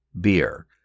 beer